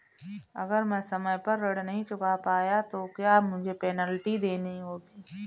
अगर मैं समय पर ऋण नहीं चुका पाया तो क्या मुझे पेनल्टी देनी होगी?